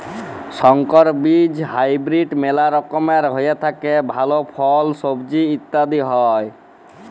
সংকর বীজ হাইব্রিড মেলা রকমের হ্যয় যাতে ভাল ফল, সবজি ইত্যাদি হ্য়য়